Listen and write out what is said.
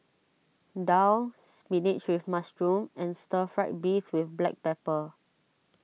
Daal Spinach with Mushroom and Stir Fried Beef with Black Pepper